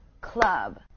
club